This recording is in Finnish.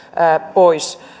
pois